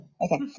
Okay